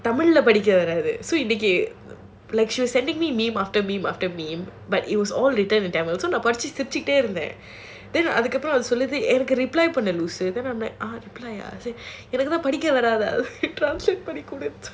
tamil leh படிக்க வராது:padikka varaathu so இன்னைக்கு:innaikku like she was sending me meme after meme after meme but it was all written in tamil so படிச்சிட்டே இருந்தேன் அதுக்கப்புறம் அவரு சொன்னாரு எனக்கு:padichittae irunthaen adhukkappuram avaru sonnaaru enakku reply பண்ணுனு எனக்கு தான் படிக்கவே வராதே:pannunu enakku thaan padikkavae varaathae